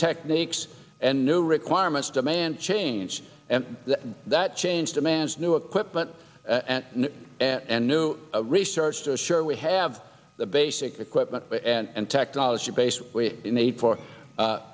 techniques and new requirements demand change and that change demands new equipment and new research to assure we have the basic equipment and technology base